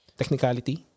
technicality